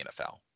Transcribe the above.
NFL